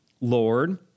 Lord